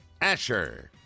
Asher